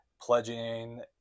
pledging